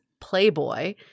Playboy